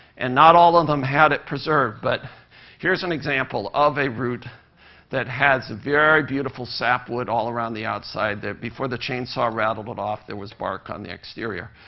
and not all of them had it preserved, but here's an example of a root that has very beautiful sap wood all around the outside there. before the chainsaw rattled it off, there was bark on the exterior.